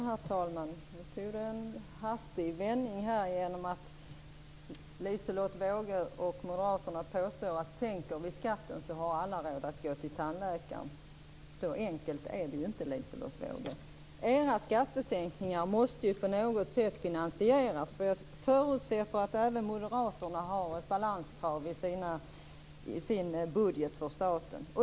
Herr talman! Nu tog debatten en hastig vändning genom att Liselotte Wågö och moderaterna påstår att sänker vi skatten har alla råd att gå till tandläkaren. Så enkelt är det inte, Liselotte Wågö. Era skattesänkningar måste på något sätt finansieras. Jag förutsätter att även moderaterna har ett balanskrav i sin budget för staten.